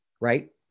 Right